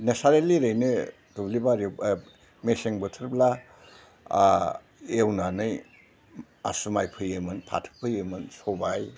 naturally ओरैनो दुब्लि बारि मेसें बोथोरब्ला एवनानै आसु माइ फोयोमोन फाथो फोयोमोन सबाइ